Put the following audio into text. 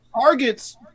targets